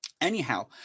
Anyhow